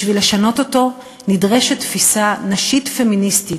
בשביל לשנות אותו נדרשת תפיסה נשית פמיניסטית,